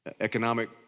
Economic